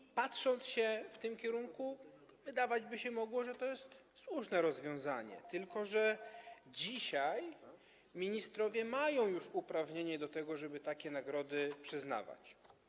I patrząc się w tym kierunku, wydawać by się mogło, że to jest słuszne rozwiązanie, tylko że dzisiaj ministrowie mają już uprawnienie do tego, żeby takie nagrody przyznawać.